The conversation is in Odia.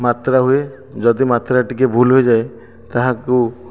ମାତ୍ରା ହୁଏ ଯଦି ମାତ୍ରାରେ ଟିକେ ଭୁଲ୍ ହୋଇଯାଏ ତାହାକୁ